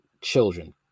children